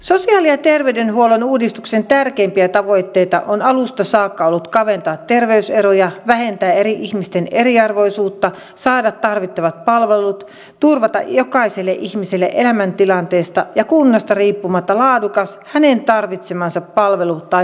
sosiaali ja terveydenhuollon uudistuksen tärkeimpiä tavoitteita on alusta saakka ollut kaventaa terveyseroja vähentää ihmisten eriarvoisuutta saada tarvittavat palvelut turvata jokaiselle ihmiselle elämäntilanteesta ja kunnasta riippumatta laadukas hänen tarvitsemansa palvelu tai palvelukokonaisuus